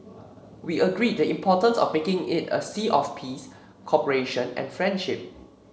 we agreed the importance of making it a sea of peace cooperation and friendship